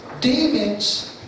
demons